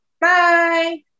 Bye